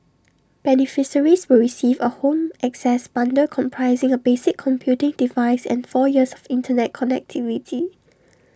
beneficiaries will receive A home access bundle comprising A basic computing device and four years of Internet connectivity